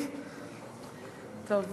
לדיון